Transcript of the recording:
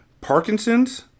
Parkinson's